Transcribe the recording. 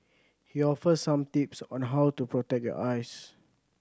he offers some tips on how to protect your eyes